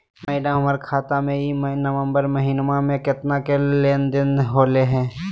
madam, हमर खाता में ई नवंबर महीनमा में केतना के लेन देन होले है